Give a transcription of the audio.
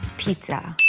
pizza.